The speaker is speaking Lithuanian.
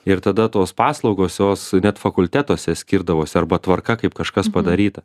ir tada tos paslaugos jos net fakultetuose skirdavosi arba tvarka kaip kažkas padaryta